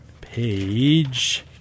page